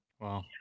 Wow